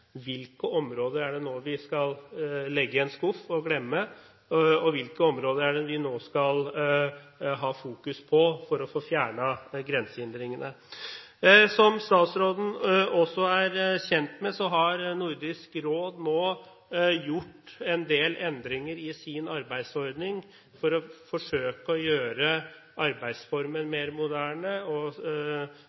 skuff og glemme, og hvilke områder vi nå skal ha fokus på, for å få fjernet grensehindringene. Som statsråden også er kjent med, har Nordisk Råd nå gjort en del endringer i sin arbeidsordning for å forsøke å gjøre arbeidsformen mer moderne og